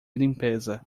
limpeza